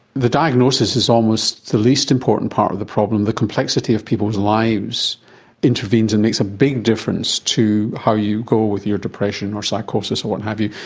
the diagnosis is almost the least important part of the problem, the complexity of people's lives intervenes and makes a big difference to how you go with your depression or psychosis or what have you,